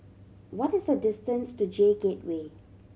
what is the distance to J Gateway